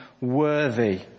worthy